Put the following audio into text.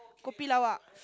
kopi Luwak